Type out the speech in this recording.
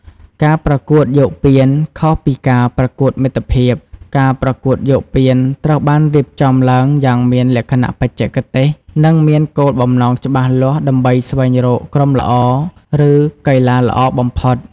ការប្រកួតយកពាន ខុសពីការប្រកួតមិត្តភាព ការប្រកួតយកពានត្រូវបានរៀបចំឡើងយ៉ាងមានលក្ខណៈបច្ចេកទេស និងមានគោលបំណងច្បាស់លាស់ដើម្បី ស្វែងរកក្រុមល្អ ឬកីឡាករល្អបំផុត។